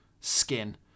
skin